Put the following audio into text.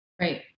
right